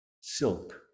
silk